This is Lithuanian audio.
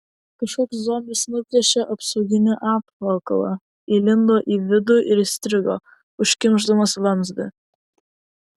kažkoks zombis nuplėšė apsauginį apvalkalą įlindo į vidų ir įstrigo užkimšdamas vamzdį